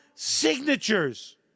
signatures